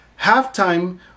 halftime